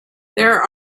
there